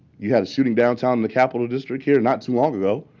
you had a shooting downtown in the capital district here not too long ago.